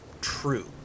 true